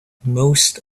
most